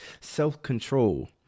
self-control